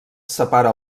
separa